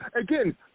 Again